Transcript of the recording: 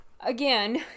again